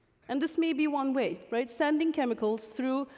and this may be one way, right, sending chemicals through,